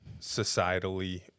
societally